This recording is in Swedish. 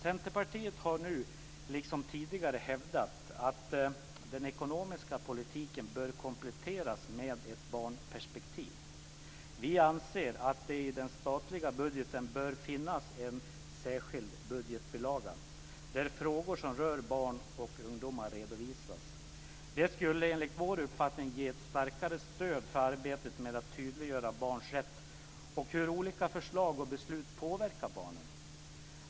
Centerpartiet har nu, liksom tidigare, hävdat att den ekonomiska politiken bör kompletteras med ett barnperspektiv. Vi anser att det i den statliga budgeten bör finnas en särskild budgetbilaga, där frågor som rör barn och ungdomar redovisas. Det skulle enligt vår uppfattning ge ett starkare stöd för arbetet med att tydliggöra barns rätt och hur olika förslag och beslut påverkar barnen.